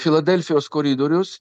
filadelfijos koridorius